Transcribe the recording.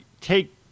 take